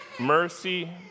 Mercy